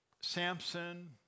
Samson